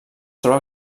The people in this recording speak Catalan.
troba